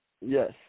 Yes